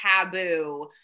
taboo